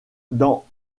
dans